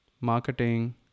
marketing